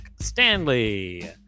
Stanley